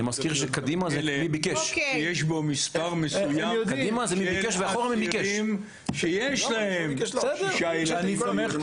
צריך לכלא שיש בו מספר מסוים של אסירים שיש להם 6 ילדים.